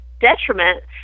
detriment